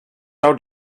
out